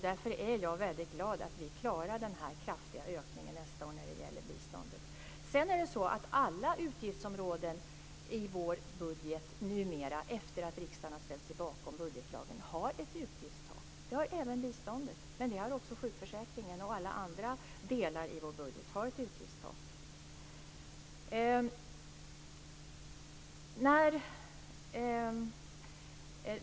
Därför är jag glad över att vi klarar den kraftiga ökningen nästa år för biståndet. Efter det att riksdagen har ställt sig bakom budgetlagen har nu alla utgiftsområden i budgeten ett utgiftstak. Det har även biståndet, sjukförsäkringen och alla andra delar i vår budget.